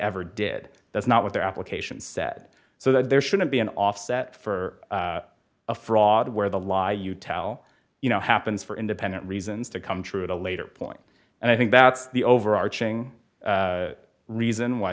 ever did that's not what their application said so that there shouldn't be an offset for a fraud where the law you tell you know happens for independent reasons to come true at a later point and i think that's the overarching reason why